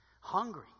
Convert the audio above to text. hungry